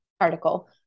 article